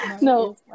no